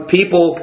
people